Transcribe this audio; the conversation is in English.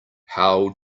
how